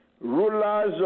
Rulers